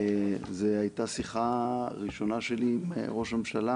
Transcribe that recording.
זו הייתה השיחה הראשונה שלי עם ראש הממשלה